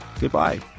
Goodbye